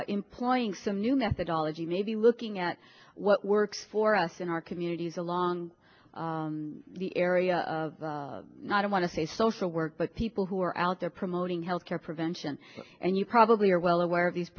employing some new methodology maybe looking at what works for us in our communities along the area of not i want to say social work but people who are out there promoting health care prevention and you probably are well aware of these